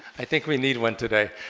i think we need one today